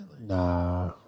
Nah